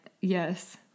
Yes